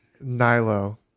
Nilo